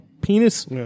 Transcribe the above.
penis